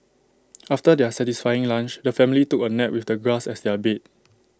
after their satisfying lunch the family took A nap with the grass as their bed